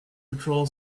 patrol